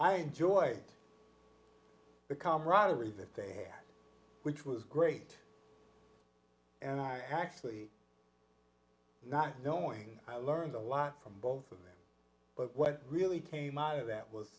i enjoyed the camaraderie that they had which was great and i actually not knowing i learned a lot from both of them but what really came out of that was